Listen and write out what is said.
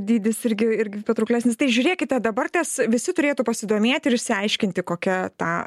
dydis irgi irgi patrauklesnis tai žiūrėkite dabar ties visi turėtų pasidomėti ir išsiaiškinti kokia ta